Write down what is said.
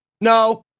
no